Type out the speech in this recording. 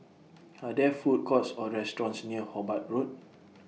Are There Food Courts Or restaurants near Hobart Road